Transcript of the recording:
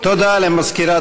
תודה למזכירת